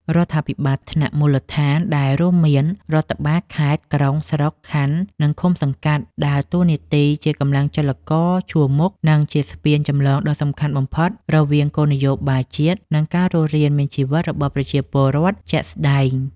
រដ្ឋាភិបាលថ្នាក់មូលដ្ឋាន ដែលរួមមានរដ្ឋបាលខេត្ត ក្រុង ស្រុក ខណ្ឌ និងឃុំ-សង្កាត់ ដើរតួនាទីជាកម្លាំងចលករជួរមុខ និងជាស្ពានចម្លងដ៏សំខាន់បំផុតរវាងគោលនយោបាយជាតិ និងការរស់រានមានជីវិតរបស់ប្រជាពលរដ្ឋជាក់ស្ដែង។